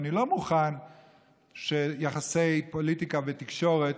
ואני לא מוכן שיחסי פוליטיקה ותקשורת